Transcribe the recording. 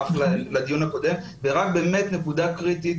עוד נקודה קריטית.